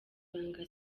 banga